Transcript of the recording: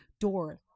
door